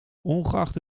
ongeacht